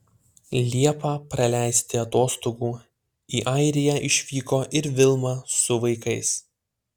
liepą praleisti atostogų į airiją išvyko ir vilma su vaikais